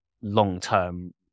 long-term